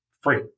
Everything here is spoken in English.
free